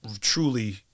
truly